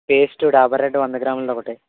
paste Dabur red వంద గ్రాములది ఒకటి